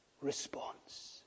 response